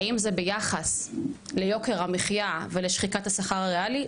האם זה ביחס ליוקר המחייה ולשחיקת השכר הריאלי?